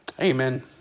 Amen